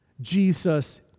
Jesus